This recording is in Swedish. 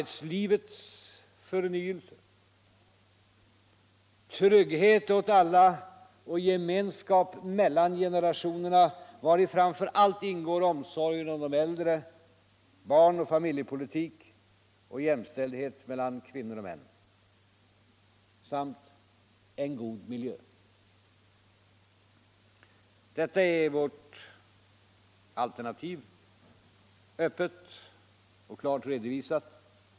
Trygghet åt alla och gemenskap mellan generationerna, vari framför allt ingår omsorgen om de äldre, barnoch familjepolitik och jämställdhet mellan kvinnor och män. En god miljö. Detta är vårt alternativ, öppet och klart redovisat.